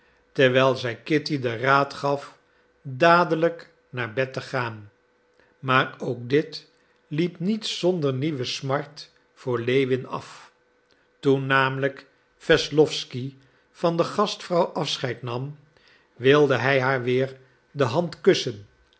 terwijl zij kitty den raad gaf dadelijk naar bed te gaan maar ook dit liep niet zonder nieuwe smart voor lewin af toen namelijk wesslowsky van de gastvrouw afscheid nam wilde hij haar weer de hand kussen